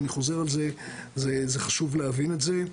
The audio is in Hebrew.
אני חוזר על זה, זה חשוב להבין את זה.